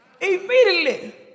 Immediately